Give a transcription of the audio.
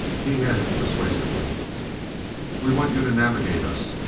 he added persuasively we want you to navigate us.